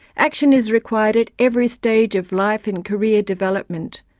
action is required at every stage of life and career development,